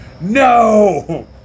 no